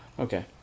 Okay